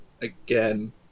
again